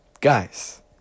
guys